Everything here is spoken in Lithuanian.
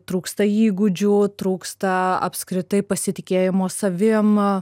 trūksta įgūdžių trūksta apskritai pasitikėjimo savim